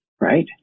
Right